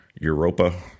Europa